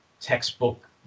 textbook